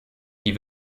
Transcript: die